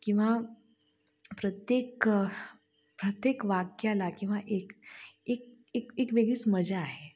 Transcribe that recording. किंवा प्रत्येक प्रत्येक वाक्याला किंवा एक एक एक एक एक वेगळीच मजा आहे